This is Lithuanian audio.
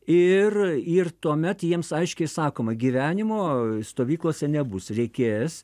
ir ir tuomet jiems aiškiai sakoma gyvenimo stovyklose nebus reikės